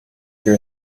your